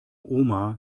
oma